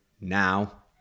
now